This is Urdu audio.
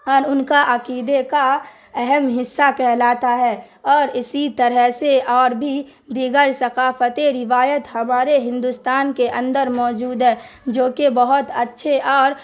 اور ان کا عقیدے کا اہم حصہ کہلاتا ہے اور اسی طرح سے اور بھی دیگر ثقافتی روایت ہمارے ہندوستان کے اندر موجود ہے جو کہ بہت اچھے اور